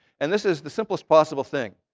and this is the simplest possible thing.